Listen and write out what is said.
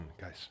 guys